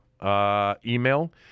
Email